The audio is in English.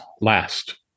last